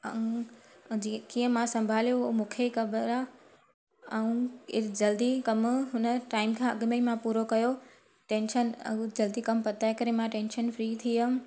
ऐं जीअं कीअं मां संभालियो ऐं मूंखे ई ख़बर आ्हे ऐं जल्दी कमु हुन टाइम खां अॻ में ई मां पूरो कयो टेंशन जल्दी कमु पताए करे मां टेंशन फ्री थियमि